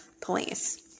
police